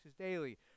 daily